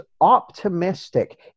optimistic